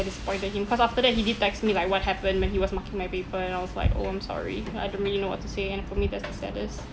I disappointed him cause after that he did text me like what happened when he was marking my paper and I was like oh I'm sorry I don't really know what to say and then for me that's the saddest